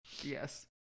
Yes